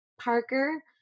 Parker